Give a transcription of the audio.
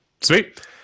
sweet